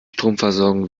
stromversorgung